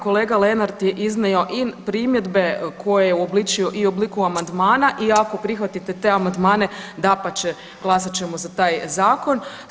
Kolega Lenart je iznio i primjedbe koje je uobličio i u obliku amandmana i ako prihvatite te amandmane dapače glasat ćemo za taj zakon.